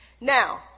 Now